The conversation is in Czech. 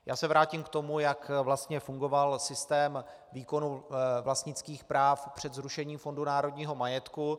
Já se vrátím k tomu, jak vlastně fungoval systém výkonu vlastnických práv před zrušením Fondu národního majetku.